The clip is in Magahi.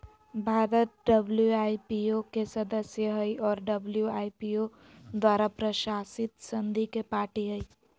भारत डब्ल्यू.आई.पी.ओ के सदस्य हइ और डब्ल्यू.आई.पी.ओ द्वारा प्रशासित संधि के पार्टी हइ